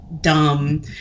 dumb